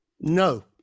No